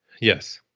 Yes